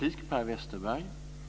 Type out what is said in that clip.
Herr talman!